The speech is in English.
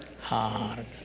Hard